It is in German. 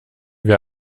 wir